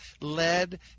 led